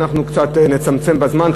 אנחנו קצת נצמצם בזמן.